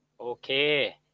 Okay